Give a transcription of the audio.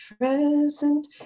present